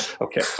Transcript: okay